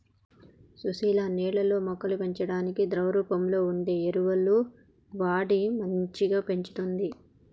సుశీల నీళ్లల్లో మొక్కల పెంపకానికి ద్రవ రూపంలో వుండే ఎరువులు వాడి మంచిగ పెంచుతంది